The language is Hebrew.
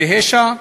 דהיישה,